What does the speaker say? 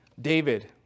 David